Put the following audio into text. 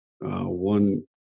one